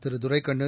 Thiru Duraikannu